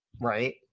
right